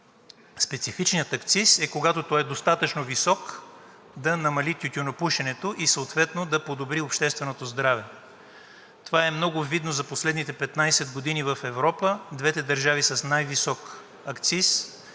специфичният акциз, е, че когато той е достатъчно висок, да намали тютюнопушенето и съответно да подобри общественото здраве. Това е много видно за последните 15 години в Европа – двете държави с най-висок акциз